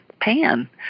pan